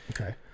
Okay